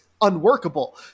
unworkable